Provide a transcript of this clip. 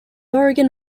oregon